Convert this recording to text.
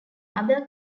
other